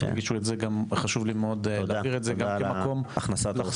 תודה על הכנסת האורחים.